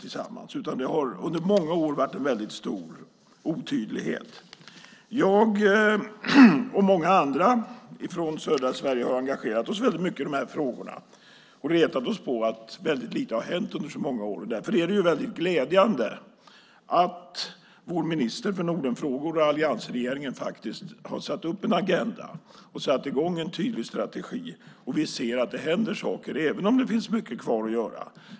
Under många år har det varit en väldigt stor otydlighet. Jag, som många andra från södra Sverige, har engagerat mig väldigt mycket i de här frågorna och retat mig på att väldigt lite har hänt under så många år. Därför är det väldigt glädjande att vår minister för Nordenfrågor och alliansregeringen har satt upp en agenda och utarbetat en tydlig strategi. Vi ser att det händer saker, även om det finns mycket kvar att göra.